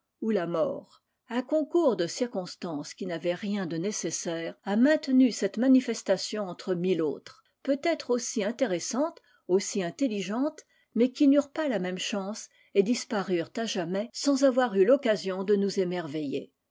ou la mort un concours de circonstances qui n'avait rien de nécessaire a maintenu celte manifestation entre mille autres peut-être aussi intéressantes aussi intelligentes mais qui n'eu t pas la même chance et disparurent à lais sans avoir eu toccasion de nous